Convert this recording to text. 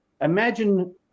imagine